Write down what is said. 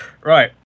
right